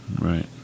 right